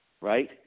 right